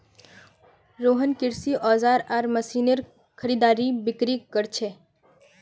रोहन कृषि औजार आर मशीनेर खरीदबिक्री कर छे